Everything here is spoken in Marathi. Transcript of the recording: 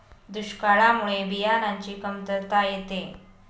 दुष्काळामुळे बियाणांची कमतरता येते